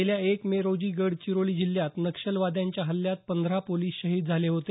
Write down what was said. गेल्या एक मे रोजी गडचिरोली जिल्ह्यात नक्षलवाद्यांच्या हल्ल्यात पंधरा पोलिस शहीद झाले होते